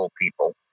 people